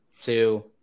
two